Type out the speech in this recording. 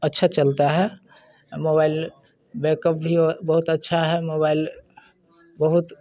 अच्छा चलता है मोबाइल बैकअप भी बहुत अच्छा है मोबाइल बहुत